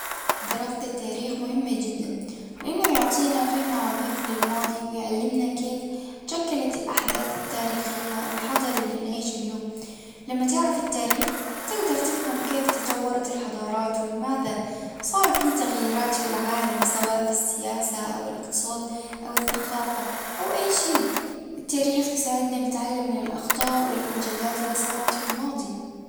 دراسة التاريخ مهمة جدا. لانه يعطينا فهم عميق للماضي ويعلمنا كيف شكلت الاحداث التاريخية الحاضر اللي نعيشه اليوم. لما تعرف التاريخ تجدر تفهم كيف تطورت الحضارات والماذا صار في تغييرات في العالم سواء في السياسة او الاقتصادي او الثقافة او اي شيء التاريخ يساعدنا نتعلم من الاخطاء والانجازات اللي صارت في الماضي.